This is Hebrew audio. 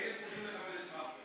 הייתם צריכים לקבל את מרגי.